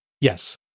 Yes